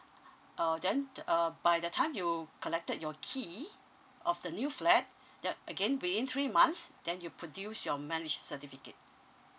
uh then uh by the time you collected your key of the new flat that again within three months then you produce your marriage certificate